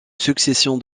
succession